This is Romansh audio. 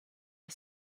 gia